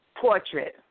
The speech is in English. portrait